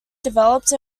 developed